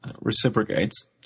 reciprocates